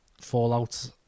fallout